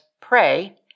pray